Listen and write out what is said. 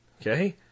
Okay